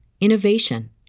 innovation